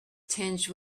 tinged